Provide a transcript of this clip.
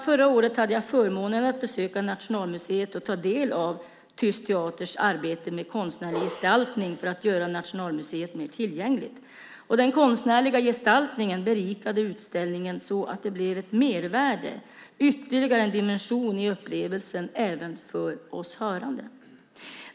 Förra året hade jag förmånen att besöka nationalmuseet och att ta del av Tyst teaters arbete med konstnärlig gestaltning för att göra nationalmuseet mer tillgängligt. Den konstnärliga gestaltningen berikade utställningen så att det blev ett mervärde, ytterligare en dimension i upplevelsen även för oss hörande.